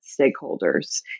stakeholders